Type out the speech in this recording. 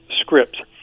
scripts